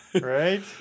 Right